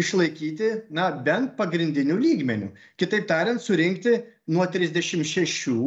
išlaikyti na bent pagrindiniu lygmeniu kitaip tariant surinkti nuo trisdešimt šešių